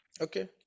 Okay